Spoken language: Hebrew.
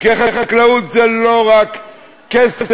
כי חקלאות זה לא רק כסף,